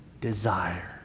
desire